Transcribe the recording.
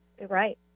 Right